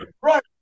Right